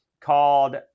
called